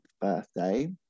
birthday